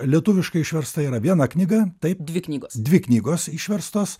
lietuviškai išversta yra viena knyga taip dvi knygas dvi knygos išverstos